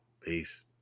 Peace